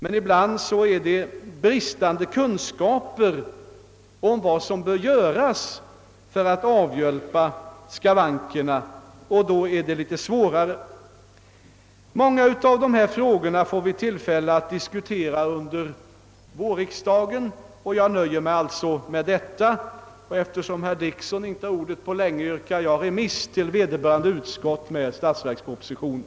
Men ibland är orsaken bristande kunskap om vad som bör göras för att avhjälpa skavankerna, och under sådana förhållanden är det litet svårare att avhjälpa dem. Många av dessa frågor får vi tillfälle att diskutera under vårriksdagen, och jag nöjer mig för tillfället med det sagda. Och eftersom herr Dickson inte får ordet på länge än yrkar jag remiss av statsverkspropositionen till vederbörande utskott.